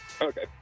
Okay